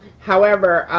however,